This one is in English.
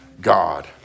God